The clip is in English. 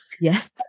Yes